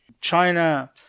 China